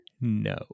No